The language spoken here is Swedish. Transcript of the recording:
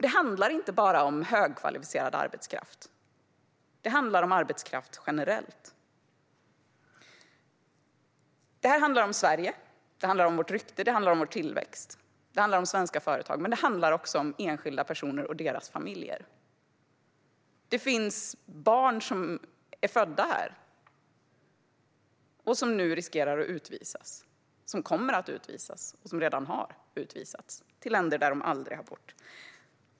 Det handlar inte bara om högkvalificerad arbetskraft, utan det handlar om arbetskraft generellt. Det här handlar om Sverige. Det handlar om vårt rykte och om vår tillväxt. Det handlar om svenska företag, men det handlar också om enskilda personer och deras familjer. Det finns barn som är födda här och som nu riskerar att utvisas, som kommer att utvisas eller som redan har utvisats till länder där de aldrig har bott.